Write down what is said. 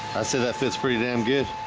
i said that fits pretty damn good